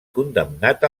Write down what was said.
condemnat